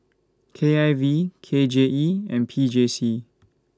K I V K J E and P J C